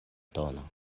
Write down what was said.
tono